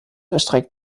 erstreckt